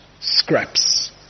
Scraps